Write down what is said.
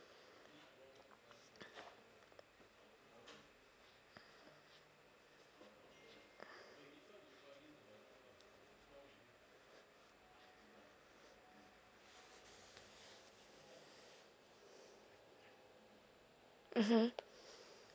mmhmm